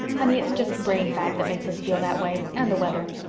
honey, it's just brain fag that makes us feel that way, and the weather.